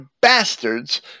bastards